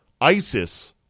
ISIS